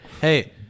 Hey